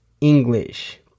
English